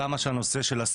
אז,